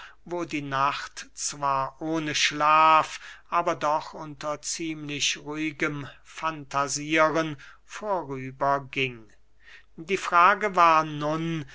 wo die nacht zwar ohne schlaf aber doch unter ziemlich ruhigem fantasieren vorüberging die frage war nun